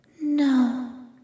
No